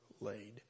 laid